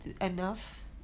enough